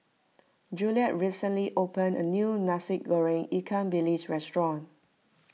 Juliet recently opened a new Nasi Goreng Ikan Bilis restaurant